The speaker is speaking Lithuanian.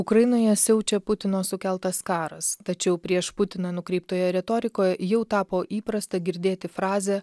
ukrainoje siaučia putino sukeltas karas tačiau prieš putiną nukreiptoje retorikoje jau tapo įprasta girdėti frazę